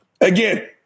Again